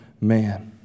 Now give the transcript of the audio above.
man